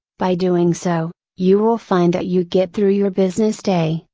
by doing so, you will find that you get through your business day,